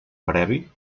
previ